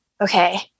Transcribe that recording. Okay